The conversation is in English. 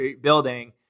building